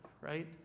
right